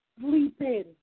sleeping